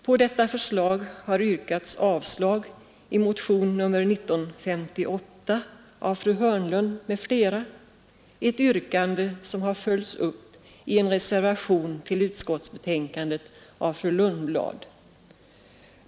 På detta förslag har yrkats avslag i motion nr 1958 av fru Hörnlund m.fl., ett yrkande som har följts upp i en reservation till utskottsbetänkandet av fru Lundblad.